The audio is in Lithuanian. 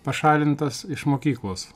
pašalintas iš mokyklos